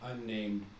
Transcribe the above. unnamed